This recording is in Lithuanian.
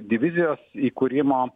divizijos įkūrimo